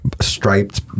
striped